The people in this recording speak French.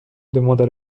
demanda